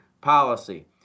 policy